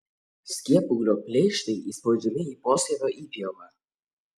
skiepūglio pleištai įspaudžiami į poskiepio įpjovą